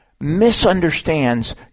misunderstands